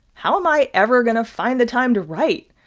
how am i ever going to find the time to write?